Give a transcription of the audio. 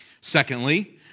Secondly